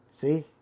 see